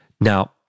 Now